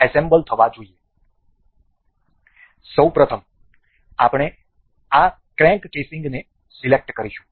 સૌ પ્રથમ આપણે આ ક્રેન્ક કેસિંગને સિલેક્ટ કરીશું